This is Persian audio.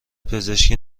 پزشکی